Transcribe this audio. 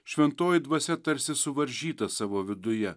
šventoji dvasia tarsi suvaržyta savo viduje